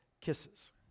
kisses